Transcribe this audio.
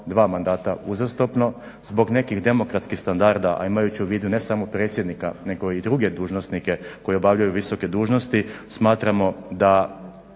dva mandata uzastopno zbog nekih demokratskih standarda ajmo reći u vidu ne samo predsjednika nego i druge dužnosnike koji obavljaju visoke dužnosti smatramo da